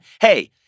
Hey